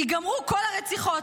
ייגמרו כל הרציחות,